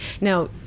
now